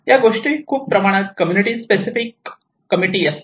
या गोष्टी खूप प्रमाणात कम्युनिटी स्पेसिफिक कमिटी असतात